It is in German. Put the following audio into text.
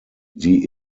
sie